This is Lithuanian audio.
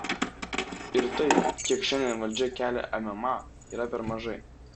ir tai kiek šiandien valdžia kelia mma yra per mažai